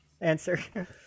answer